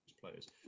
players